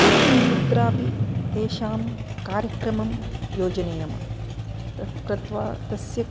कुत्रापि तेषां कार्यक्रमं योजनीयं तत्कृत्वा तस्य